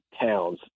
Towns